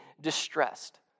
distressed